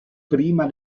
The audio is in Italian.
prima